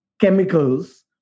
Chemicals